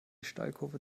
steilkurve